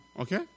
Okay